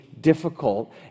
difficult